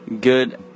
good